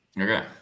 Okay